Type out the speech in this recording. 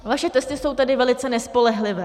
Vaše testy jsou tedy velice nespolehlivé.